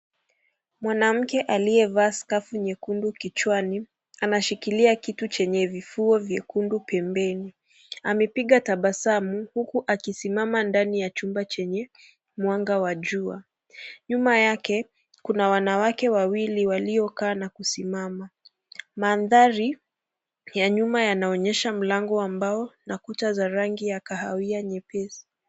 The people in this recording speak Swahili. Mwanamke aliyevaa skafu nyekundu kichwani anashikilia kitu chenye vifua vyekundu pembeni. Amepiga tabasamu huku akisimama ndani ya chumba chenye mwanga wa jua. Nyuma yake kuna wanawake wawili waliokaa na kusimama. Mandhari ya nyuma yanaonyesha mlango wa mbao na kuta za rangi ya kahawia nyepesi.